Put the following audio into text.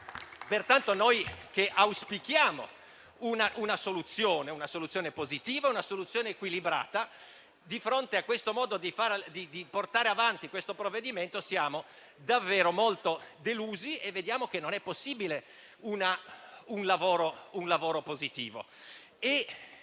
Pertanto, noi che auspichiamo una soluzione positiva ed equilibrata, di fronte a questo modo di portare avanti la questione siamo davvero molto delusi e vediamo che non è possibile fare un lavoro positivo.